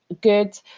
good